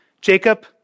Jacob